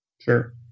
Sure